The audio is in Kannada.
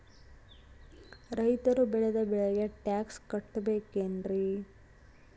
ರೈತರು ಬೆಳೆದ ಬೆಳೆಗೆ ಟ್ಯಾಕ್ಸ್ ಕಟ್ಟಬೇಕೆನ್ರಿ?